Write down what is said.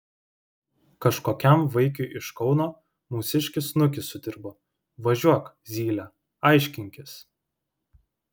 kažkokiam vaikiui iš kauno mūsiškis snukį sudirbo važiuok zyle aiškinkis